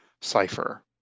cipher